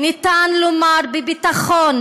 "ניתן לומר בביטחון,